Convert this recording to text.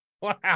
Wow